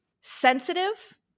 sensitive